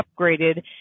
upgraded